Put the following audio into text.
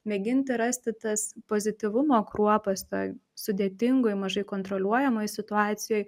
mėginti rasti tas pozityvumo kruopas toj sudėtingoj mažai kontroliuojamoj situacijoj